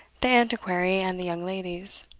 the antiquary, and the young ladies.